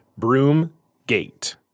Broomgate